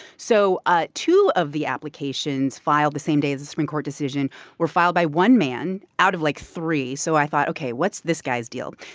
so ah two of the applications filed the same day as the supreme court decision were filed by one man out of, like, three. so i thought, ok, what's this guy's deal?